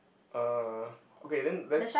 uh okay then let's